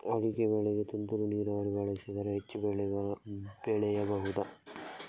ಅಡಿಕೆ ಬೆಳೆಗೆ ತುಂತುರು ನೀರಾವರಿ ಬಳಸಿದರೆ ಹೆಚ್ಚು ಬೆಳೆ ಬೆಳೆಯಬಹುದಾ?